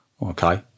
Okay